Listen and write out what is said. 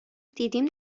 دیدیم